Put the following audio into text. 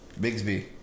Bigsby